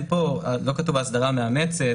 לא כתוב פה "האסדרה מאמצת".